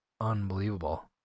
unbelievable